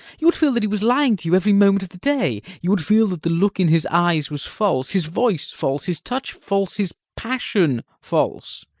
you would feel that he was lying to you every moment of the day. you would feel that the look in his eyes was false, his voice false, his touch false, his passion false.